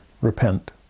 Repent